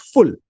Full